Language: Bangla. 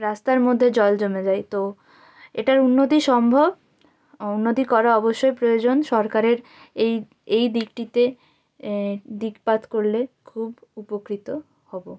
রাস্তার মধ্যে জল জমে যায় তো এটার উন্নতি সম্ভব উন্নতি করা অবশ্যই প্রয়োজন সরকারের এই এই দিকটিতে দিকপাত করলে খুব উপকৃত হবো